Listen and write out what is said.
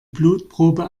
blutprobe